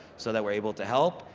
so that we're able to help.